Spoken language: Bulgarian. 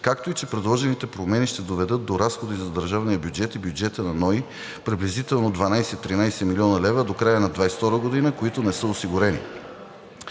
както и че предложените промени ще доведат до разходи за държавния бюджет и бюджета на НОИ приблизително 12 – 13 млн. лв. до края на 2022 г., които не са осигурени.